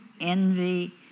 envy